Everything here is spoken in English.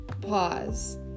pause